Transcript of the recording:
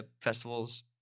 festivals